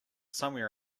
somewhere